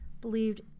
believed